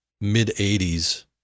mid-80s